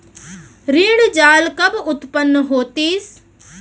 ऋण जाल कब उत्पन्न होतिस?